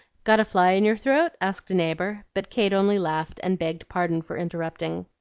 got a fly in your throat? asked a neighbor but kate only laughed and begged pardon for interrupting.